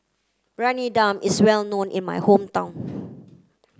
Briyani Dum is well known in my hometown